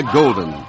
golden